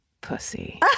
pussy